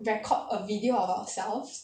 record a video of ourselves